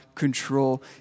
control